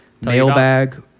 mailbag